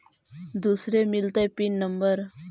दुसरे मिलतै pin number?